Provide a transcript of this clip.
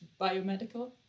biomedical